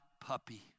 puppy